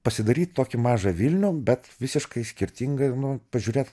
pasidaryt tokį mažą vilnių bet visiškai skirtingai nu pažiūrėt